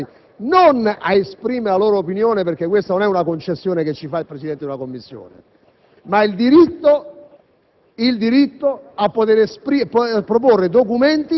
Io credo che occorra ristabilire il diritto dei parlamentari non ad esprimere la propria opinione - perché questa non è una concessione che ci fa il Presidente di una Commissione - ma a proporre